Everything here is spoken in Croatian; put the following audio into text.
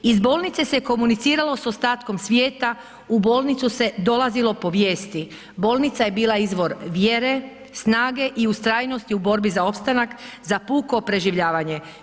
Iz bolnice se komuniciralo s ostatkom svijeta u bolnicu se dolazilo povijesti, bolnica je bila izvor vjere, snage i ustrajnosti u borbi za opstanak za puko preživljavanje.